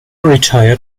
retired